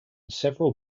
several